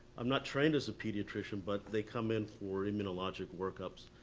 i'm not trained as a pediatrician but they come in for immunologic work ups.